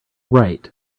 write